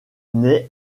naît